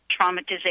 traumatization